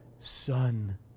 Son